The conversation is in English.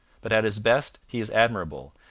but at his best he is admirable,